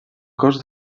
cos